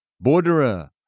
Borderer